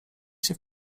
się